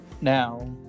Now